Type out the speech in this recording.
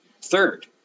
Third